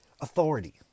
authority